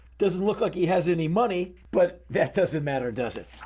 doesn't look like he has any money, but that doesn't matter does it?